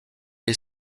est